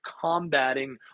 Combating